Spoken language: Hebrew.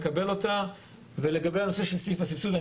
לגבי הנושא של סעיף הסבסוד,